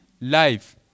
life